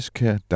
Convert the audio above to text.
kan